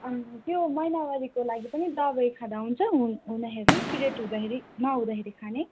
अन् त्यो महिनावारीको लागि पनि दबाई खाँदा हुन्छ हुँदाखेरि पिरियड हुँदाखेरि नहुँदाखेरि खाने